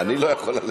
אני לא יכול ללכת,